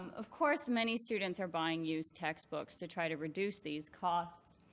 of course, many students are buying used textbooks to try to reduce these costs.